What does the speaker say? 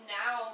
now